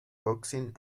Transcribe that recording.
boxing